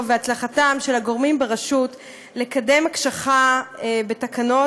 ולהצלחתם של הגורמים ברשות לקדם הקשחה בתקנות,